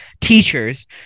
teachers